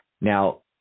now